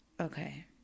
okay